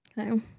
Okay